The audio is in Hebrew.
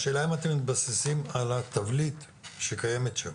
השאלה אם אתם מתבססים על התבליט שקיים שם?